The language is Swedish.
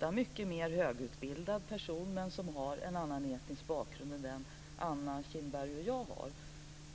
en mer högutbildad person men som har en annan etnisk bakgrund än den Anna Kinberg och jag har.